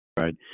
Right